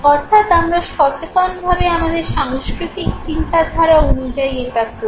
অর্থাৎ আমরা সচেতন ভাবে আমাদের সাংস্কৃতিক চিন্তাধারা অনুযায়ী এটা করি